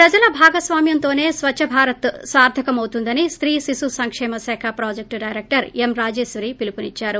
ప్రజల భాగాస్వామ్యముతోనే స్వచ్చ భారత్ సార్దకమవుతుందని స్తీ శిశు సంకేమ శాఖ ప్రాజెక్టు డైరెక్టరు యం రాజేశ్వరి పిలుపునిచ్చారు